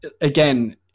again